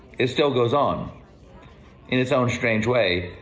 it still goes on in its own strange way,